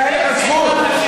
אתה אין לך זכות.